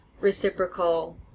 reciprocal